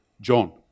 John